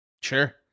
Sure